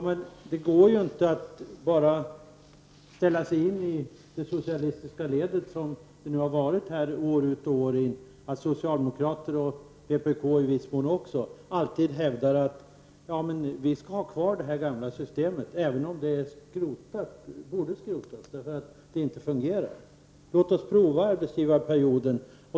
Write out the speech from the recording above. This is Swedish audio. Men det går ju inte att bara ställa in sig i det socialistiska ledet, där socialdemokrater, och i viss mån också vpk, år ut och år in hävdar att det gamla systemet skall vara kvar även om det borde skrotas därför att det inte fungerar. Låt oss prova arbetsgivarperioden!